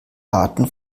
daten